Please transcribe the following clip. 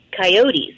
coyotes